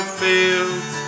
fields